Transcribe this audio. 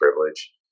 privilege